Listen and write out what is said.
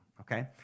okay